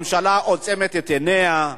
הממשלה עוצמת את עיניה.